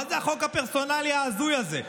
מה זה החוק הפרסונלי ההזוי הזה?